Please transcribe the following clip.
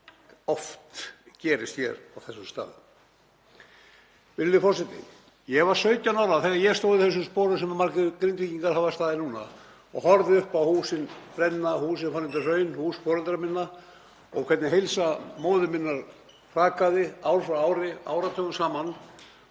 oft gerist hér á þessum stað. Virðulegur forseti. Ég var 17 ára þegar ég stóð í þeim sporum sem margir Grindvíkingar hafa staðið í núna og horfði upp á húsin brenna, húsin fara undir hraun, hús foreldra minna, og hvernig heilsu móður minnar hrakaði ár frá ári, áratugum saman